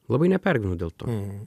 labai nepergyvenu dėl to